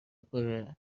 پره